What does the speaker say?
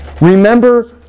Remember